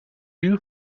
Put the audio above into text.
you